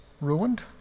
ruined